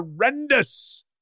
horrendous